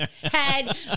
head